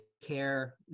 care